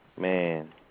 man